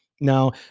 now